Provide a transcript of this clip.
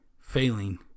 failing